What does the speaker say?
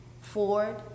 Ford